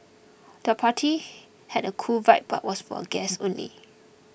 the party had a cool vibe but was for guests only